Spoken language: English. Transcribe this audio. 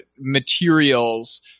materials